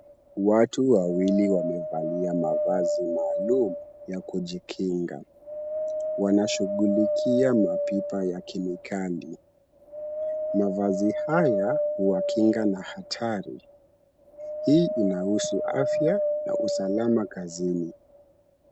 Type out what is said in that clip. Watu wawili wamevalia mavazi maalum ya kujikinga. Wanashughulikia mapipa ya kemikali. Mavazi haya huwakinga na hatari. Hii inahusu afya na usalama kazini.